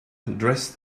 dressed